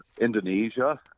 Indonesia